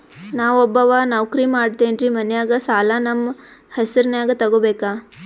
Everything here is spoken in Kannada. ನಾ ಒಬ್ಬವ ನೌಕ್ರಿ ಮಾಡತೆನ್ರಿ ಮನ್ಯಗ ಸಾಲಾ ನಮ್ ಹೆಸ್ರನ್ಯಾಗ ತೊಗೊಬೇಕ?